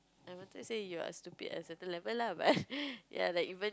I wanted to say you're stupid at certain level lah but ya like even